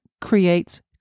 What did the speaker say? creates